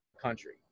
country